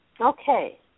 Okay